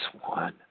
one